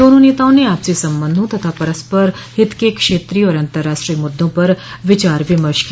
दोनों नेताआ ने आपसी संबंधों तथा परस्पर हित के क्षेत्रीय और अंतराष्ट्रीय मुद्दों पर विचार विमर्श किया